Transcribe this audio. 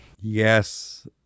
Yes